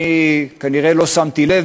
אני כנראה לא שמתי לב,